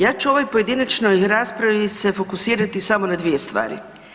Ja ću u ovoj pojedinačnoj raspravi se fokusirati samo na dvije stvari.